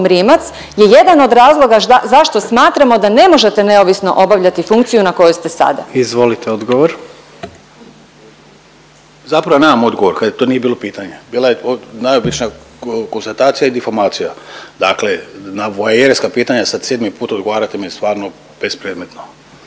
je jedan od razloga zašto smatramo da ne možete neovisno obavljati funkciju na kojoj ste sada. **Jandroković, Gordan (HDZ)** Izvolite odgovor. **Turudić, Ivan** Zapravo nemam odgovor kad to nije bilo pitanje. Bila je to najobičnija konstatacija i difamacija. Dakle, na voajerska pitanja sad sedmi put odgovarati mi je stvarno bespredmetno.